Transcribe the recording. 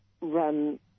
run